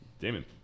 Damon